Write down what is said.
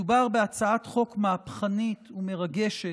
מדובר בהצעת חוק מהפכנית ומרגשת,